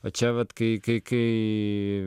va čia vat kai kai kai